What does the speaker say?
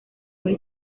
muri